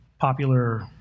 popular